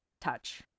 touch